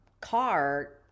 car